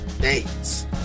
dates